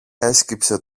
έσκυψε